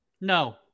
No